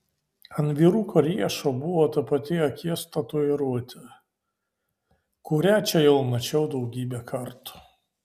ant vyruko riešo buvo ta pati akies tatuiruotė kurią čia jau mačiau daugybę kartų